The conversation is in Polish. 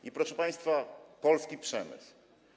I, proszę państwa, polski przemysł.